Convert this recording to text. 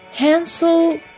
Hansel